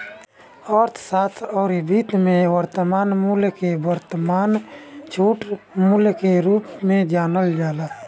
अर्थशास्त्र अउरी वित्त में वर्तमान मूल्य के वर्तमान छूट मूल्य के रूप में जानल जाला